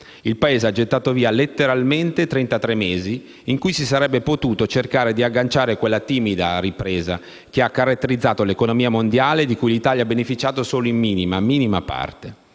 Il Paese ha gettato letteralmente via trentatre mesi in cui si sarebbe potuto cercare di agganciare quella timida ripresa che ha caratterizzato l'economia mondiale e di cui l'Italia ha beneficiato solo in minima parte.